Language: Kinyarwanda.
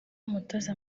umutoza